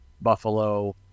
Buffalo